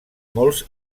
molts